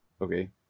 Okay